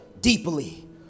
deeply